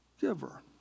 giver